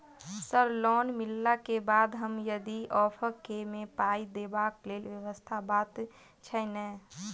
Sir loan मिलला केँ बाद हम यदि ऑफक केँ मे पाई देबाक लैल व्यवस्था बात छैय नै?